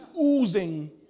oozing